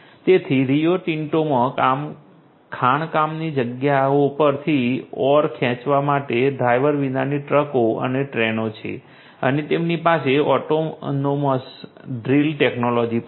તેથી રિયો ટિંટોમાં ખાણકામની જગ્યાઓ પરથી ઓર ખેંચવા માટે ડ્રાઇવર વિનાની ટ્રકો અને ટ્રેનો છે અને તેમની પાસે ઓટોનોમસ ડ્રિલ ટેકનોલોજી પણ છે